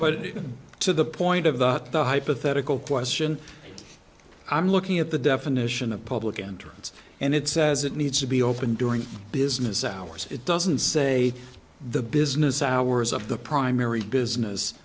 but to the point of the hypothetical question i'm looking at the definition of public interests and it says it needs to be open during business hours it doesn't say the business hours of the primary business